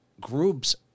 groups